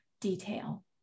detail